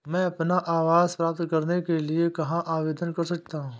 मैं अपना आवास प्राप्त करने के लिए कहाँ आवेदन कर सकता हूँ?